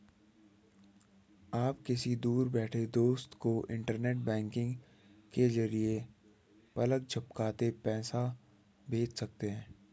आप किसी दूर बैठे दोस्त को इन्टरनेट बैंकिंग के जरिये पलक झपकते पैसा भेज सकते हैं